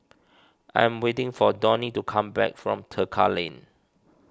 I am waiting for Donie to come back from Tekka Lane